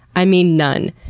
i mean, none.